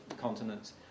continents